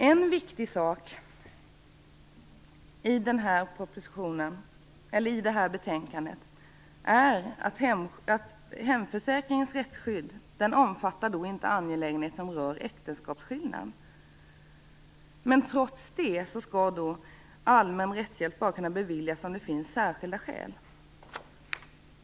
En viktig sak som tas upp i det här betänkandet är att hemförsäkringens rättsskydd inte omfattar angelägenhet som rör äktenskapsskillnad. Trots det skall allmän rättshjälp bara kunna beviljas om det finns särskilda skäl.